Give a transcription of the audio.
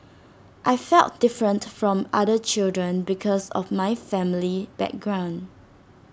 I felt different from other children because of my family background